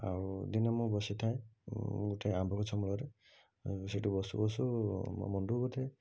ଆଉ ଦିନେ ମୁଁ ବସିଥାଏ ଗୋଟେ ଆମ୍ବ ଗଛ ମୂଳରେ ସେଇଠି ବସୁ ବସୁ ମୋ ମୁଣ୍ଡକୁ ଗୋଟେ